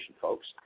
folks